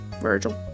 Virgil